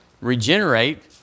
regenerate